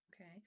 okay